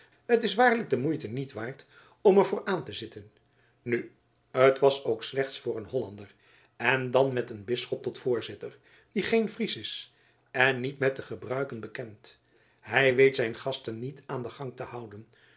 t is waarlijk de moeite niet waard om er voor aan te zitten nu t was ook slechts voor een hollander en dan met een bisschop tot voorzitter die geen fries is en niet met de gebruiken bekend hij weet zijn gasten niet aan den gang te houden